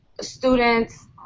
students